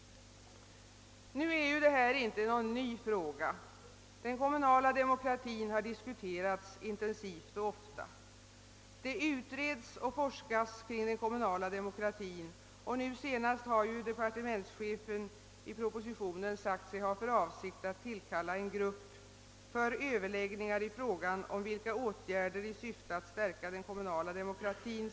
Detta är inte någon ny fråga. Den kommunala demokratin har diskuterats intensivt och ofta. Det utreds och forskas kring den kommunala demokratin. Nu senast har departementschefen i propositionen sagt sig ha för avsikt att sammankalla en grupp för Ööverläggningar om vilka åtgärder som bör vid tas i syfte att stärka den kommunala demokratin.